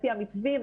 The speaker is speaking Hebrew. לפי המתווים,